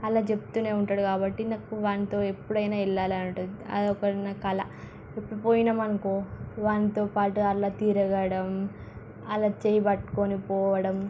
అలా చెబుతూనే ఉంటాడు కాబట్టి నాకు వానితో ఎప్పుడైనా వెళ్ళాలి అని ఉంటుంది అది ఒకటి నాకు అలా ఇప్పుడు పోయాము అనుకో వానితో పాటు అలా తిరగడం అలా చేయి పట్టుకొని పోవడం